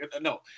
No